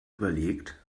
überlegt